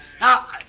Now